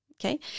Okay